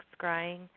scrying